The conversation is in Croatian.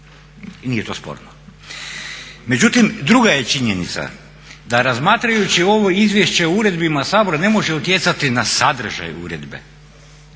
I nije to sporno. Međutim, druga je činjenica da razmatrajući ovo Izvješće o uredbama Sabora ne može utjecati na sadržaj uredbe.